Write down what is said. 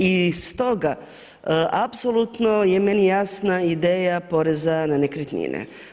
I stoga apsolutno je meni jasna ideja poreza na nekretnine.